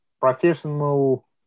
professional